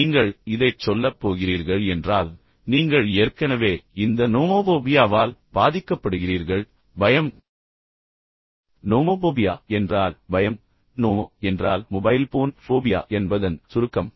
நீங்கள் இதைச் சொல்லப் போகிறீர்கள் என்றால் நீங்கள் ஏற்கனவே இந்த நோமோபோபியாவால் பாதிக்கப்படுகிறீர்கள் பயம் நோமோபோபியா என்றால் பயம் நோமோ என்றால் மொபைல் போன் ஃபோபியா என்பதன் சுருக்கம்